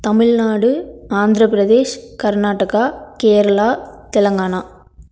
Tamil Nadu Andhra Pradesh Karnataka Kerala Telangana